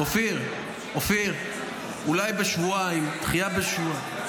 אופיר, אולי דחייה בשבועיים?